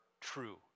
true